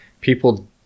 people